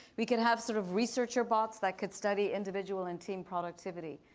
we can have sort of researcher box that could study individual and team productivity.